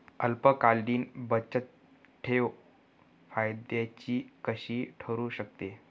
अल्पकालीन बचतठेव फायद्याची कशी ठरु शकते?